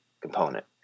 component